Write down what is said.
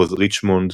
מחוז ריצ'מונד,